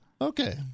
Okay